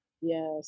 Yes